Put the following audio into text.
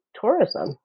tourism